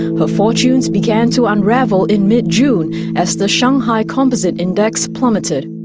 her fortunes began to unravel in mid-june as the shanghai composite index plummeted.